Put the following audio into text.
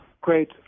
great